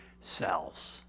cells